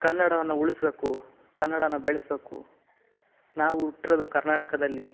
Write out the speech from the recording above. ಕನ್ನಡವನ್ನು ಉಳಿಸ್ಬೇಕು ಕನ್ನಡಾನ್ನ ಬೆಳೆಸಬೇಕು ನಾವು ಹುಟ್ರೋದು ಕರ್ನಾಟಕದಲ್ಲಿ